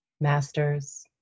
masters